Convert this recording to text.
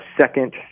second